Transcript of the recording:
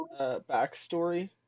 backstory